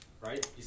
Right